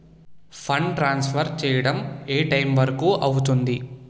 Fund transfer చేయడం ఏ time వరుకు అవుతుంది?